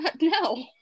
no